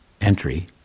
entry